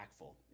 impactful